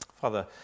Father